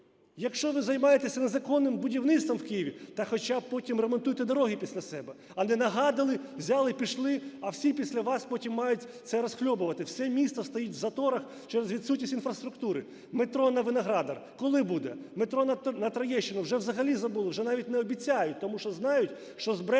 Якщо ви займаєтеся незаконним будівництвом в Києві, то хоча б потім ремонтуйте дороги після себе. А не нагадили, взяли і пішли, а всі після вас потім мають це розхльобувати. Все місто стоїть в заторах через відсутність інфраструктури. Метро на Виноградар коли буде? Метро на Троєщину? Вже взагалі забули, вже навіть не обіцяють, тому що знають, що збрешуть